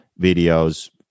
videos